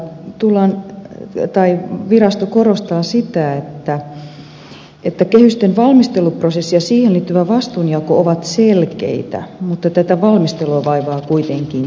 tässä tarkastusviraston erilliskertomuksessa virasto korostaa sitä että kehysten valmisteluprosessi ja siihen liittyvä vastuunjako ovat selkeitä mutta tätä valmistelua vaivaa kuitenkin kiire